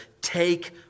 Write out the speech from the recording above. take